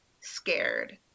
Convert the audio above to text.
scared